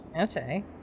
Okay